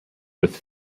with